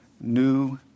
New